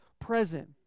present